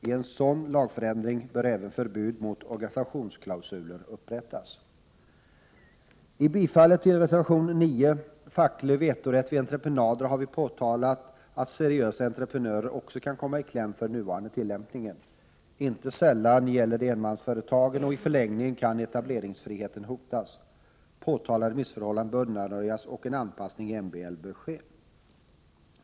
I en sådan lagförändring bör även förbud mot organisationsklausuler upprättas. I reservation nr 9 om facklig vetorätt vid entreprenader påtalas att seriösa entreprenörer också kan komma i kläm genom den nuvarande tillämpningen. Inte sällan gäller det enmansföretagen, och i förlängningen kan etableringsfriheten hotas. Påtalade missförhållanden bör undanröjas, och en anpassning i MBL bör ske.